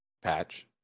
Patch